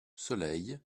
soleil